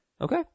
Okay